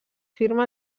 firma